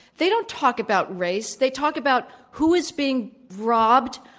they don't talk about race. they talk about who is being robbed,